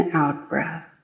out-breath